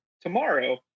tomorrow